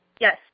Yes